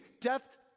Death